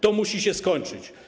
To musi się skończyć.